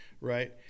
Right